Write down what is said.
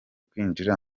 kwinjira